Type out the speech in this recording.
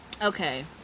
Okay